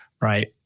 right